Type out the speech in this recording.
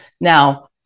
Now